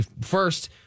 First